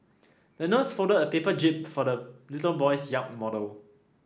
the nurse folded a paper jib for the little boy's yacht model